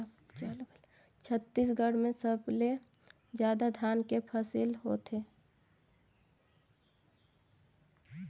छत्तीसगढ़ में सबले जादा धान के फसिल होथे